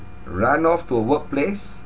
run off to her workplace